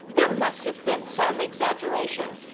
there must have been some exaggeration.